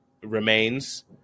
remains